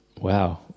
Wow